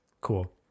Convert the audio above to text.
Cool